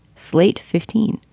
slate fifteen